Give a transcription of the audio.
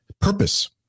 purpose